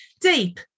deep